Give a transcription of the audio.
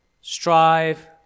strive